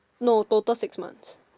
no total six months